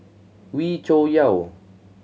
Wee Cho Yaw